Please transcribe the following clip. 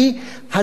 הדרישה השנתית